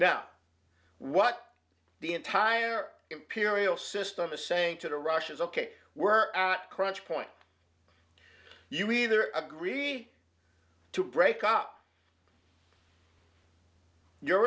now what the entire imperial system is saying to the russians ok we're crunch point you either agree to break up your